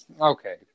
okay